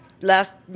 last